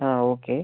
ആ ഓക്കെ